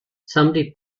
somebody